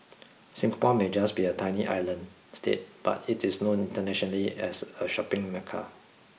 Singapore may just be a tiny island state but it is known internationally as a shopping mecca